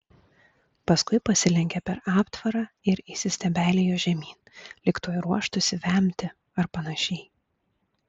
paskui pasilenkė per aptvarą ir įsistebeilijo žemyn lyg tuoj ruoštųsi vemti ar panašiai